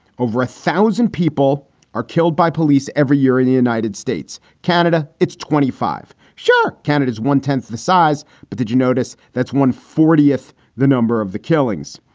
over a thousand people are killed by police every year in the united states. canada, it's twenty five. sure, canada's one tenth the size. but did you notice that's one fortieth the number of the killings.